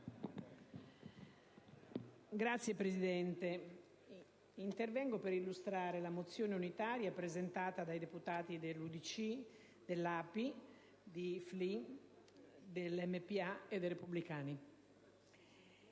Signora Presidente, intervengo per illustrare la risoluzione unitaria presentata dai senatori dell'UDC, dell'ApI, di FLI, dello MPA e dei Repubblicani.